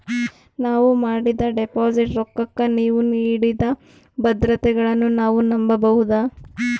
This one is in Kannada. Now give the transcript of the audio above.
ನಾವು ಮಾಡಿದ ಡಿಪಾಜಿಟ್ ರೊಕ್ಕಕ್ಕ ನೀವು ನೀಡಿದ ಭದ್ರತೆಗಳನ್ನು ನಾವು ನಂಬಬಹುದಾ?